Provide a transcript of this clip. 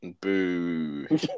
Boo